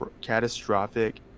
catastrophic